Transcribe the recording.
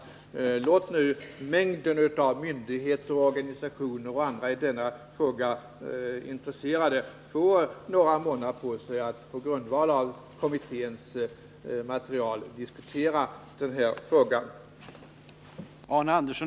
Vi bör nu låta mängden av myndigheter, organisationer och andra intresserade i denna fråga få några månader på sig att på grundval av kommitténs material diskutera frågan.